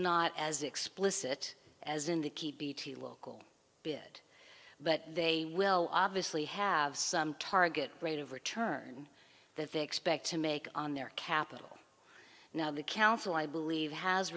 not as explicit as in the key bt local bit but they will obviously have some target rate of return that they expect to make on their capital now the council i believe has